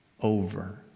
over